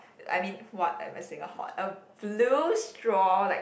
I mean what am I saying a hot a blue straw like